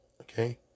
okay